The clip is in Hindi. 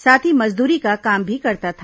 साथ ही मजदूरी का काम भी करता था